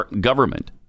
government